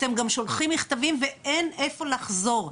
אתם גם שולחים מכתבים ואין איפה לחזור.